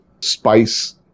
spice